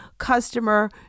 customer